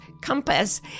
compass